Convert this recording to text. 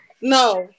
No